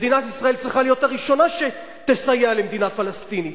מדינת ישראל צריכה להיות הראשונה שתסייע למדינה פלסטינית.